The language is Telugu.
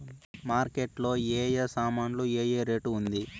మార్కెట్ లో ఏ ఏ సామాన్లు ఏ ఏ రేటు ఉంది?